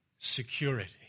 security